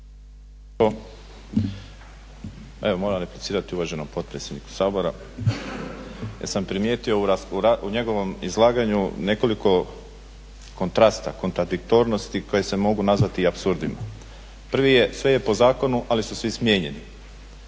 Evo moram replicirati uvaženom potpredsjedniku Sabora, jer sam primijetio u njegovom izlaganju nekoliko kontrasta, kontradiktornosti koje se mogu nazvati i apsurdima. Prvi je sve je po zakonu, ali su svi smijenjeni.